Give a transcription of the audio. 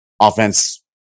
Offense